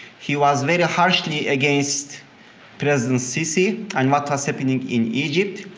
he was very harshly against president sisi and what was happening in egypt.